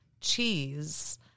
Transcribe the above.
cheese